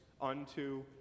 unto